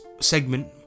segment